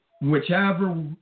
whichever